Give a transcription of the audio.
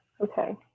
Okay